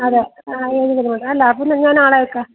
അതെ അല്ല അപ്പോൾ ഞാൻ ആളെ അയയ്ക്കാം